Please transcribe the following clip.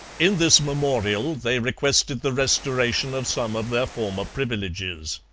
in this memorial they requested the restoration of some of their former privileges.